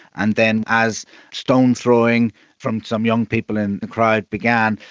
and then as stone-throwing from some young people in the crowd began,